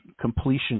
completion